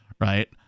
right